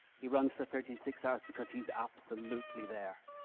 he runs for thirty six hours because he's absolutely there,